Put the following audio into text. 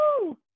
Woo